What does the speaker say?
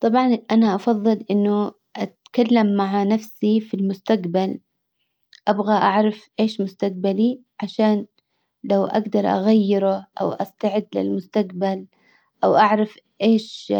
طبعا انا افضل انه اتكلم مع نفسي في المستجبل ابغى اعرف ايش مستجبلي عشان لو اقدر اغيره او استعد للمستقبل او اعرف ايش